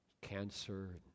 cancer